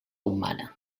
humana